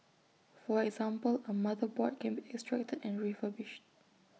for example A motherboard can be extracted and refurbished